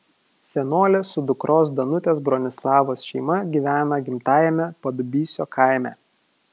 senolė su dukros danutės bronislavos šeima gyvena gimtajame padubysio kaime